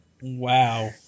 Wow